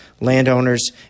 landowners